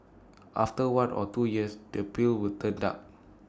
after one or two years the peel will turn dark